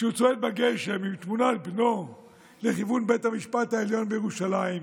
כשהוא צועד בגשם עם תמונת בנו לכיוון בית המשפט העליון בירושלים,